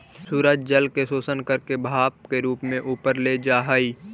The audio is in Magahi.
सूरज जल के शोषण करके भाप के रूप में ऊपर ले जा हई